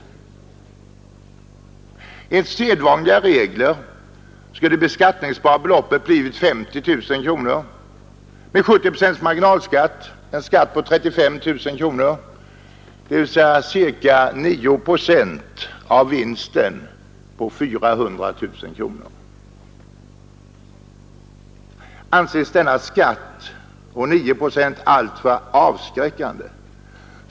Enligt sedvanliga regler skulle det beskattningsbara beloppet ha blivit 50 000 kronor. Med 70 procents marginalskatt blir det en skatt på 35 0000 kronor, dvs. ca 9 procent av vinsten på 400000 kronor. Anses denna skatt på 9 procent alltför avskräckande?